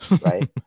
right